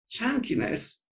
chunkiness